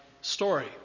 story